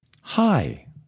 Hi